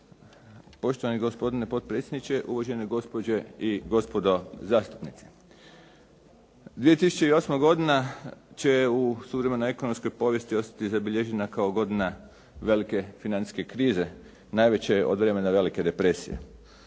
Poštovani gospodine potpredsjedniče, uvaženi gospođe i gospodo zastupnici. 2008. godina će u ... ekonomskoj povijesti ostati zabilježena kao godina velike financijske krize, najveće od vremena velike depresije.